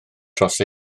dros